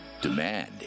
demand